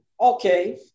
Okay